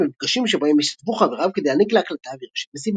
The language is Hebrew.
במפגשים שבהם השתתפו חבריו כדי להעניק להקלטה אווירה של מסיבה.